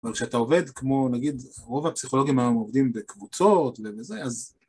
אבל כשאתה עובד, כמו נגיד, רוב הפסיכולוגים היום עובדים בקבוצות ובזה, אז...